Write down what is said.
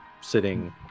sitting